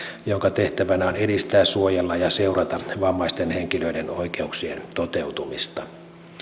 jonka tehtävänä on edistää suojella ja seurata vammaisten henkilöiden oikeuksien toteutumista